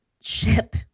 ship